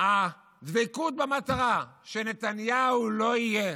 הדבקות במטרה שנתניהו לא יהיה.